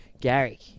Garrick